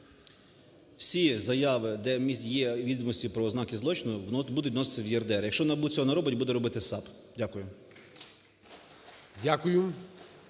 Всі заяви, де є відомості про ознаки злочину, будуть вноситися в ЄРДР, якщо НАБУ цього не робить, буде робити САП. Дякую.